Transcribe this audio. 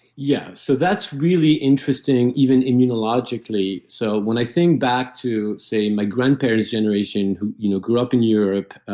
yeah. so that's really interesting even immunologically. so when i think back to, say, my grandparent's generation who you know grew up in europe,